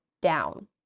down